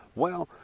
well,